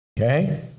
Okay